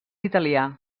italià